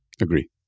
Agree